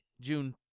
June